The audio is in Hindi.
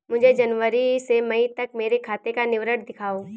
मुझे जनवरी से मई तक मेरे खाते का विवरण दिखाओ?